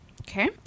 Okay